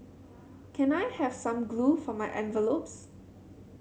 can I have some glue for my envelopes